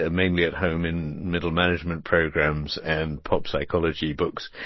ah mainly at home in middle-management programs and pop psychology books.